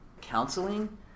counseling